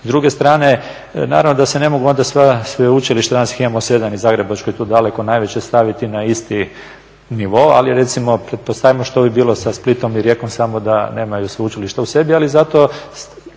S druge strane naravno da se ne mogu onda sva sveučilišta danas ih imamo 7 i zagrebačko tu daleko najviše staviti na isti nivo ali recimo pretpostavimo što bi bilo sa Splitom i Rijekom samo da nemaju sveučilišta u sebi, ali zato